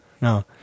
No